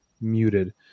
muted